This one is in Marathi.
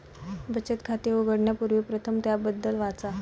बचत खाते उघडण्यापूर्वी प्रथम त्याबद्दल वाचा